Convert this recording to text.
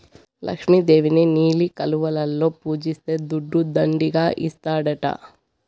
లక్ష్మి దేవిని నీలి కలువలలో పూజిస్తే దుడ్డు దండిగా ఇస్తాడట